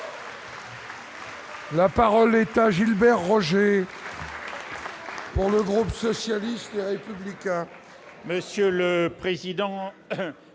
La parole est à Gilbert Roger. Pour le groupe socialiste et républicain.